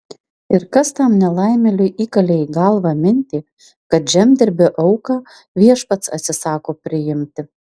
ir kas tam nelaimėliui įkalė į galvą mintį kad žemdirbio auką viešpats atsisako priimti